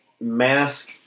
mask